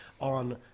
on